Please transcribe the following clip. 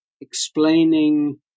explaining